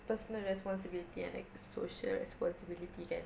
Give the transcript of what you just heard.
personal responsibility and like social responsibility kan